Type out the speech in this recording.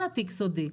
כל התיק סודי,